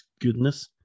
goodness